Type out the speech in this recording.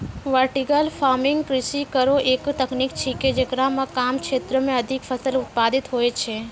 vertical farming कृषि केरो एक तकनीक छिकै, जेकरा म कम क्षेत्रो में अधिक फसल उत्पादित होय छै